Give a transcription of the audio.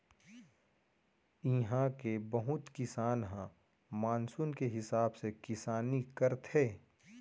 इहां के बहुत किसान ह मानसून के हिसाब ले किसानी करथे